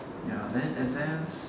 ya then and then